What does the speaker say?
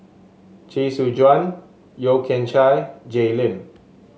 Chee Soon Juan Yeo Kian Chai Jay Lim